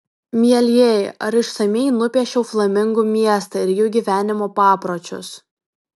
mielieji ar išsamiai nupiešiau flamingų miestą ir jų gyvenimo papročius